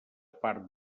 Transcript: part